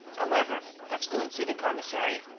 however, let's go and see the commissary.